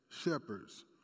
shepherds